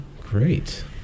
great